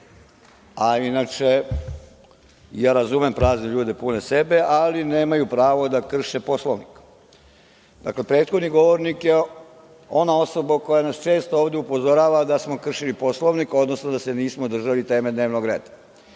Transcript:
a inače ja razumem prazne ljude pune sebe, ali nemaju pravo da krše Poslovnik. Dakle, prethodni govornik je ona osoba koja nas često ovde upozorava da smo kršili Poslovnik, odnosno da se nismo držali teme dnevnog reda. Meni